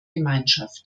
gemeinschaft